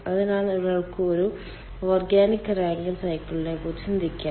അതിനാൽ ഒരാൾക്ക് ഒരു ഓർഗാനിക് റാങ്കിൻ സൈക്കിളിനെക്കുറിച്ച് ചിന്തിക്കാം